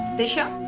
disha